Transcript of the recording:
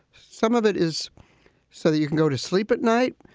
some of it is so that you can go to sleep at night.